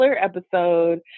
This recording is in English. episode